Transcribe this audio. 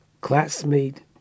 classmate